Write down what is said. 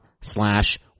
slash